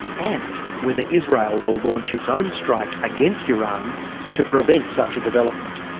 and whether israel will launch its own strike against iran to prevent such a development.